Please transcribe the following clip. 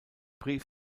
brief